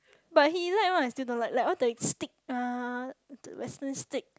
but he like one I still don't like like all the steak ah the western steak